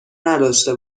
نداشته